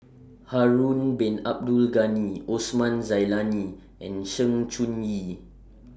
Harun Bin Abdul Ghani Osman Zailani and Sng Choon Yee